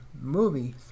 movies